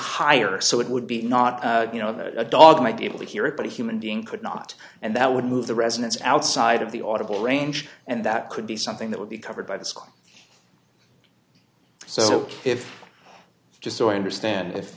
higher so it would be not you know that a dog might be able to hear it but a human being could not and that would move the residents outside of the automobile range and that could be something that would be covered by the school so if just so i understand if